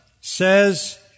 says